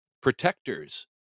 protectors